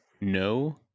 No